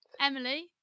Emily